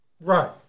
right